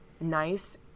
nice